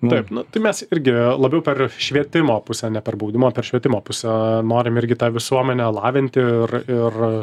taip nu tai mes irgi labiau per švietimo pusę ne per baudimo o per švietimo pusę norim irgi tą visuomenę lavinti ir ir